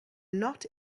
not